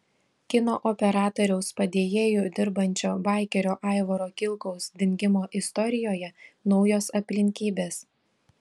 kino operatoriaus padėjėju dirbančio baikerio aivaro kilkaus dingimo istorijoje naujos aplinkybės